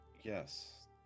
Yes